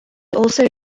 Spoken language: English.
also